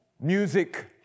music